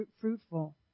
fruitful